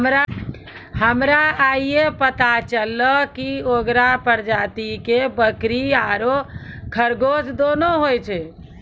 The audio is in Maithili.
हमरा आइये पता चललो कि अंगोरा प्रजाति के बकरी आरो खरगोश दोनों होय छै